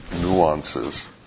nuances